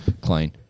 clean